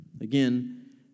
again